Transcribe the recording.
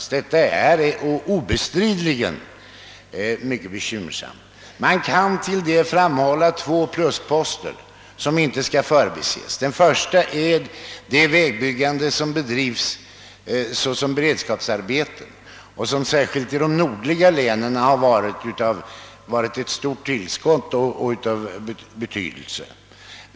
Läget är obestridligen mycket bekymmersamt. Man kan mot detta peka på två plusposter, som inte får förbises. Den första är det vägbyggande som bedrivs såsom beredskapsarbeten och som särskilt i de nordliga länen har inneburit ett tillskott av betydelse.